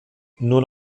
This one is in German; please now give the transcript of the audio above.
nur